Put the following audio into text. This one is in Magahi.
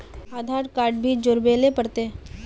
आधार कार्ड भी जोरबे ले पड़ते?